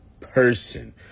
person